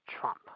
Trump